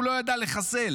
הוא לא ידע לחסל.